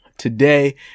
Today